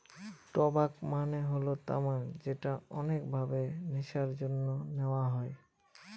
টবাক মানে হল তামাক যেটা অনেক ভাবে নেশার জন্যে নেওয়া হয়